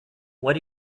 what